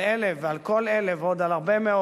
על אלה ועל כל אלה ועוד על הרבה מאוד